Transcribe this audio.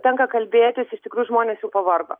tenka kalbėtis iš tikrųjų žmonės jau pavargo